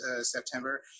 September